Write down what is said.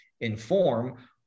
inform